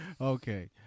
Okay